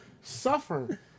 suffer